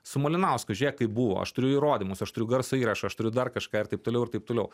su malinausku žiūrėk kaip buvo aš turiu įrodymus aš turiu garso įrašą aš turiu dar kažką ir taip toliau ir taip toliau